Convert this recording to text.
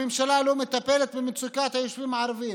הממשלה לא מטפלת במצוקת היישובים הערביים.